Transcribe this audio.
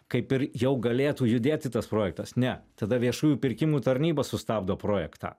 kaip ir jau galėtų judėti tas projektas ne tada viešųjų pirkimų tarnyba sustabdo projektą